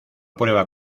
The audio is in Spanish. prueba